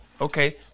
Okay